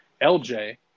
lj